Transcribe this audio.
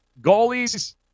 goalies